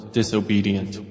disobedient